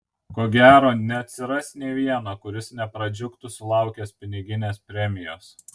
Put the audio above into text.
ko gero neatsiras nė vieno kuris nepradžiugtų sulaukęs piniginės premijos